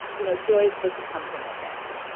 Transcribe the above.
you know joy is supposed to come from within.